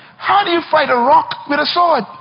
how do you fight a rock with a sword?